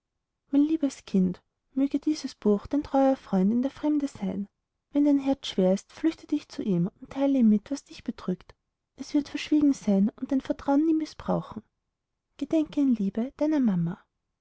mein liebes kind möge dieses buch dein treuer freund in der fremde sein wenn dein herz schwer ist flüchte zu ihm und teile ihm mit was dich bedrückt es wird verschwiegen sein und dein vertrauen nie mißbrauchen gedenke in liebe deiner mama